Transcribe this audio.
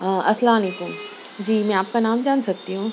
السلام علیکم جی میں آپ کا نام جان سکتی ہوں